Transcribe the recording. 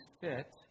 fit